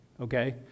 okay